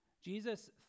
Jesus